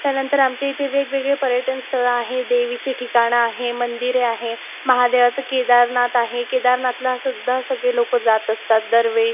त्यानंतर आमच्या इथे वेगवेगळे पर्यटन स्थळं आहे देवीचे ठिकाणं आहे मंदिरे आहे महादेवाचं केदारनाथ आहे केदारनाथलासुद्धा सगळे लोक जात असतात दरवेळी